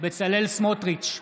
בצלאל סמוטריץ'